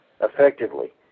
effectively